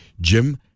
Jim